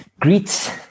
Greet